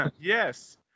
Yes